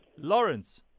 Lawrence